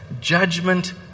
judgment